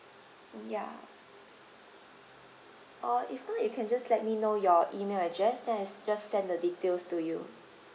ya uh if not you can just let me know your email address then I just send the details to you